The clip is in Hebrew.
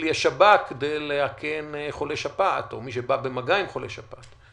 השב"כ כדי לאכן חולי שפעת או מי שבא במגע עם חולי שפעת.